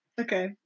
Okay